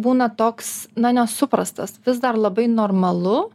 būna toks na nesuprastas vis dar labai normalu